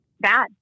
bad